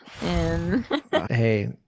Hey